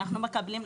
אנחנו מקבלים,